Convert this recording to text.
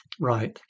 Right